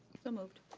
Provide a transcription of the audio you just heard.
so moved.